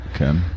Okay